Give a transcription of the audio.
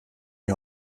die